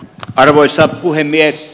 arvoisa puhemies